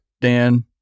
Dan